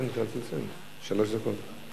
שלוש דקות.